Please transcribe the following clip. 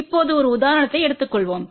இப்போது ஒரு உதாரணத்தை எடுத்துக் கொள்வோம்